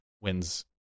wins